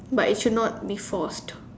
but it should not be forced